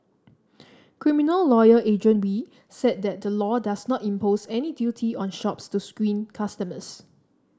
criminal lawyer Adrian Wee said that the law does not impose any duty on shops to screen customers